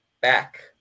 back